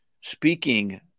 speaking